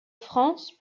france